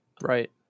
Right